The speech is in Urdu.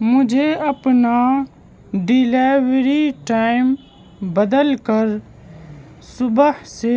مجھے اپنا ڈیلیوری ٹائم بدل کر صبح سے